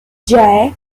jay